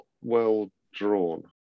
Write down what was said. well-drawn